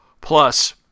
Plus